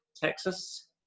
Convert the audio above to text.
Texas